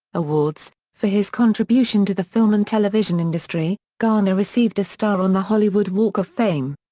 awards for his contribution to the film and television industry, garner received a star on the hollywood walk of fame.